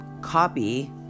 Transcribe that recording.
copy